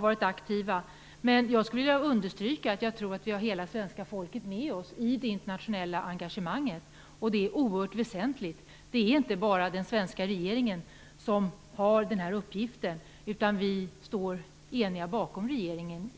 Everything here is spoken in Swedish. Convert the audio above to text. varit aktiva. Men jag skulle vilja understryka att jag tror att vi har hela svenska folket med oss i det internationella engagemanget, och det är oerhört väsentligt. Det är inte bara den svenska regeringen som har den här uppgiften, utan vi står eniga bakom regeringen.